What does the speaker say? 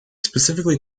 specifically